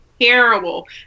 terrible